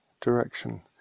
direction